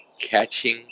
Catching